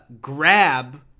Grab